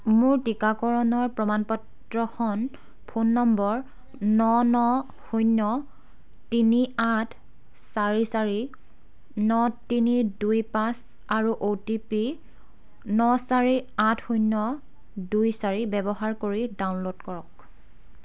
মোৰ টিকাকৰণৰ প্ৰমাণ পত্ৰখন ফোন নম্বৰ ন ন শূন্য় তিনি আঠ চাৰি চাৰি ন তিনি দুই পাঁচ আৰু অ' টি পি ন চাৰি আঠ শূন্য় দুই চাৰি ব্যৱহাৰ কৰি ডাউনলোড কৰক